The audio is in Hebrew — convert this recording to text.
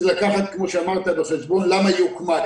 צריך לקחת בחשבון למה הוא הוקמה.